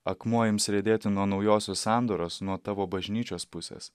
akmuo ims riedėti nuo naujosios sandoros nuo tavo bažnyčios pusės